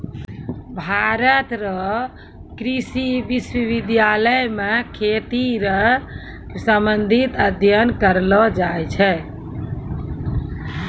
भारत रो कृषि विश्वबिद्यालय मे खेती रो संबंधित अध्ययन करलो जाय छै